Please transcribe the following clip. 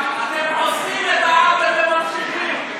אתם עושים את העוול וממשיכים.